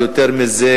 יותר מזה,